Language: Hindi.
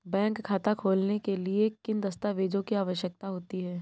बैंक खाता खोलने के लिए किन दस्तावेजों की आवश्यकता होती है?